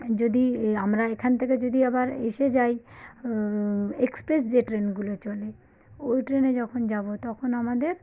যদি আমরা এখান থেকে যদি আবার এসে যাই এক্সপ্রেস যে ট্রেনগুলো চলে ওই ট্রেনে যখন যাব তখন আমাদের